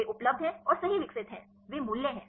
वे उपलब्ध हैं और सही विकसित हैं वे मूल्य हैं